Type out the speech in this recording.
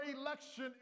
election